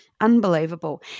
Unbelievable